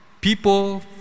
people